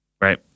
right